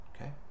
Okay